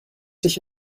dich